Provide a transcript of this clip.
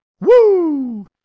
Woo